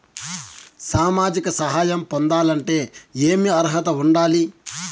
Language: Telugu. సామాజిక సహాయం పొందాలంటే ఏమి అర్హత ఉండాలి?